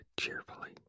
cheerfully